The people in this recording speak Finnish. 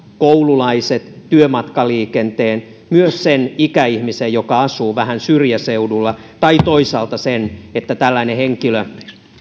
koululaiset työmatkaliikenteen myös ikäihmisen joka asuu vähän syrjäseudulla tai toisaalta niin että tällainen henkilö